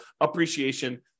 appreciation